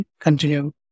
continue